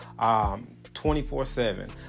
24-7